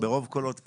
ברוב קולות פה,